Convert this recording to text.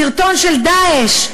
סרטון של "דאעש",